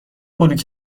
بلوک